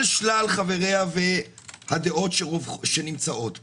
על שלל חבריה והדעות שנמצאות פה,